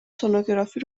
سنوگرافی